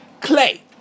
clay